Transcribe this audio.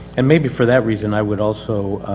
and maybe for that reason i would also,